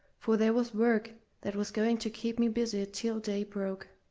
for here was work that was going to keep me busied till day broke.